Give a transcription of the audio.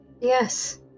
Yes